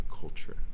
culture